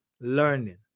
learning